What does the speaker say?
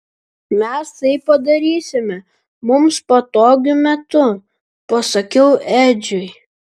mes tai padarysime mums patogiu metu pasakiau edžiui